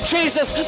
Jesus